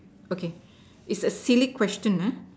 okay it's a silly question